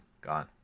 gone